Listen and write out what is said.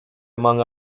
among